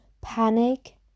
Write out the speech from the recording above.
panic